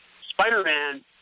Spider-Man